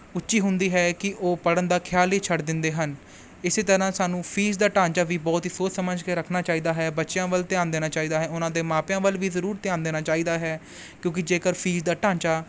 ਉੱਚੀ ਹੁੰਦੀ ਹੈ ਕਿ ਉਹ ਪੜ੍ਹਨ ਦਾ ਖ਼ਿਆਲ ਹੀ ਛੱਡ ਦਿੰਦੇ ਹਨ ਇਸੇ ਤਰ੍ਹਾਂ ਸਾਨੂੰ ਫੀਸ ਦਾ ਢਾਂਚਾ ਵੀ ਬਹੁਤ ਹੀ ਸੋਚ ਸਮਝ ਕੇ ਰੱਖਣਾ ਚਾਹੀਦਾ ਹੈ ਬੱਚਿਆਂ ਵੱਲ ਧਿਆਨ ਦੇਣਾ ਚਾਹੀਦਾ ਹੈ ਉਨ੍ਹਾਂ ਦੇ ਮਾਪਿਆਂ ਵੱਲ ਵੀ ਜ਼ਰੂਰ ਧਿਆਨ ਦੇਣਾ ਚਾਹੀਦਾ ਹੈ ਕਿਉਂਕਿ ਜੇਕਰ ਫੀਸ ਦਾ ਢਾਂਚਾ